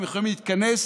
הם יכולים להתכנס,